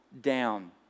down